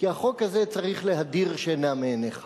כי החוק הזה צריך להדיר שינה מעיניך.